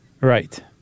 Right